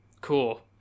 cool